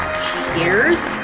tears